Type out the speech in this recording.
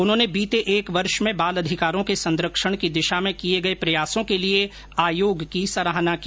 उन्होंने बीते एक वर्ष में बाल अधिकारों के संरक्षण की दिशा में किए गए प्रयासों के लिए आयोग की सराहना की